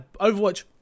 Overwatch